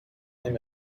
him